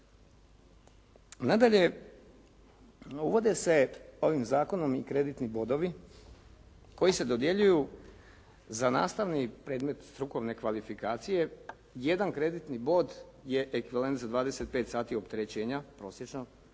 Nadalje, uvode se ovim zakonom i kreditni bodovi koji se dodjeljuju za nastavni predmet strukovne kvalifikacije. Jedan kreditni bod je ekvivalent za 25 sati opterećenja prosječno,